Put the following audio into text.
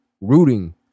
rooting